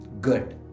Good